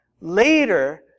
Later